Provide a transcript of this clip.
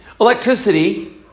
Electricity